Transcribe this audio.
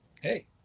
hey